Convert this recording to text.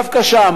דווקא שם,